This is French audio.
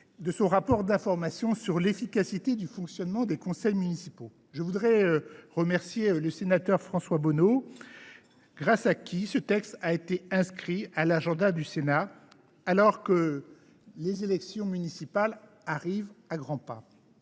a continué ses travaux sur l’efficacité du fonctionnement des conseils municipaux. Je tiens à remercier le sénateur François Bonneau, grâce à qui ce texte a été inscrit à l’agenda du Sénat alors que les élections municipales arrivent à grands pas.